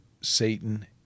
Satan